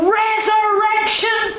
resurrection